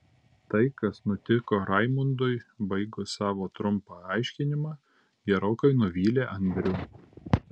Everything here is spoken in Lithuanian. tai kas nutiko raimundui baigus savo trumpą aiškinimą gerokai nuvylė andrių